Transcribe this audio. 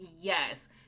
yes